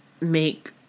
make